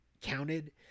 counted